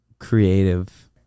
creative